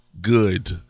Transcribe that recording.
good